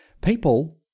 people